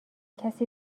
کسی